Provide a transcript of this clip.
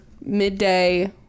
midday